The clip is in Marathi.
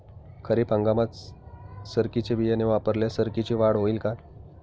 खरीप हंगामात सरकीचे बियाणे वापरल्यास सरकीची वाढ होईल का?